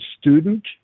student